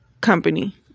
company